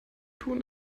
tun